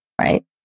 right